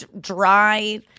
dry